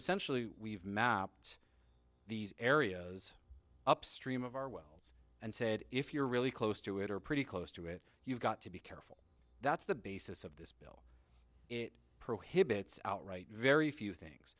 essentially we've mapped these areas upstream of our wells and said if you're really close to it or pretty close to it you've got to be careful that's the basis of this bill it prohibits outright very few things